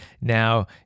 Now